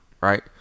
right